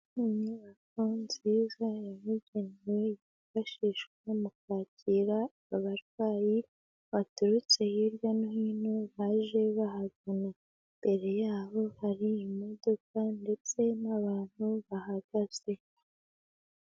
Ni inyubako nziza yabugenewe yifashishwa mu kwakira abarwayi baturutse hirya no hino baje bahagana, imbere yabo hari imodoka ndetse n'abantu bahagaze.